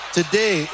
today